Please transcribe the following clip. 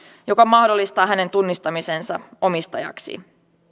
joka mahdollistaa hänen tunnistamisensa omistajaksi